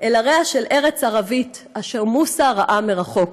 על הריה של ארץ ערבית / אשר מוסה ראה מרחוק.